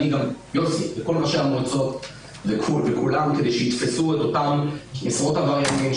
גם אני יוסי וכל ראשי המועצות פועלים לתפוס את אותם עשרות עבריינים,